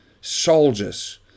Soldiers